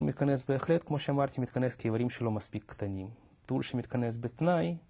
הוא מתכנס בהחלט, כמו שאמרתי, מתכנס כאיברים שלא מספיק קטנים. טור שמתכנס בתנאי.